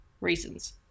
reasons